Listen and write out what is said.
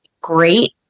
great